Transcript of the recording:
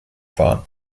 fahren